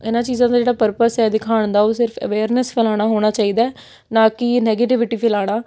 ਇਹਨਾਂ ਚੀਜ਼ਾਂ ਦਾ ਜਿਹੜਾ ਪਰਪਸ ਹੈ ਦਿਖਾਉਣ ਦਾ ਉਹ ਸਿਰਫ ਅਵੇਅਰਨੈਂਸ ਫੈਲਾਉਣਾ ਹੋਣਾ ਚਾਹੀਦਾ ਨਾ ਕਿ ਨੈਗੇਟਿਵੀਟੀ ਫੈਲਾਉਣਾ